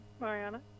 Mariana